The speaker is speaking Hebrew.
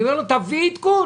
אני אומר לו: תביא עדכון.